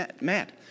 mad